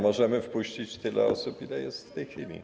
Możemy wpuścić tyle osób, ile jest tu w tej chwili.